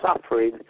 suffering